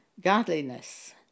Godliness